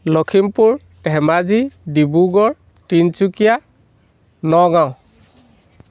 Lakhimpur Dhemaji Dibrugarh Tinsukia Nagaon